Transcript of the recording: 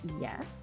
yes